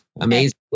Amazing